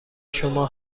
شما